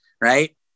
right